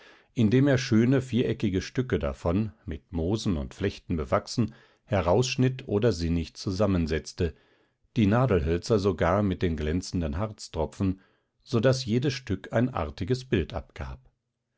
indem er schöne viereckige stücke davon mit moosen und flechten bewachsen herausschnitt oder sinnig zusammensetzte die nadelhölzer sogar mit den glänzenden harztropfen so daß jedes stück ein artiges bild abgab